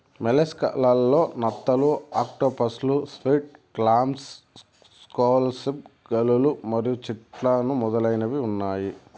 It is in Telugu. మొలస్క్ లలో నత్తలు, ఆక్టోపస్లు, స్క్విడ్, క్లామ్స్, స్కాలోప్స్, గుల్లలు మరియు చిటాన్లు మొదలైనవి ఉన్నాయి